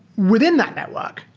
within that network,